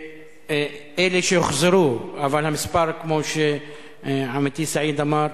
ואלה שהוחזרו, אבל המספר, כמו שעמיתי סעיד אמר,